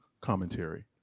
commentary